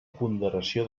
ponderació